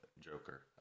joker